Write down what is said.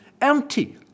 Empty